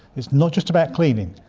it's not just about cleaning,